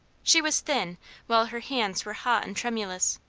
she was thin while her hands were hot and tremulous.